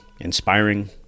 inspiring